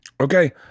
Okay